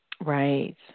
Right